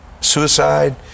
suicide